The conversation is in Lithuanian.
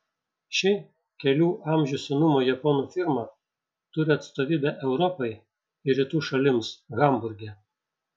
ši kelių amžių senumo japonų firma turi atstovybę europai ir rytų šalims hamburge